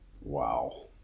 Wow